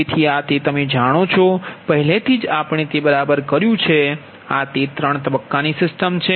તેથી આ તે તમે જાણો છો પહેલેથી જ આપણે તે બરાબર કર્યું છે આ તે ત્રણ તબક્કાની સિસ્ટમ છે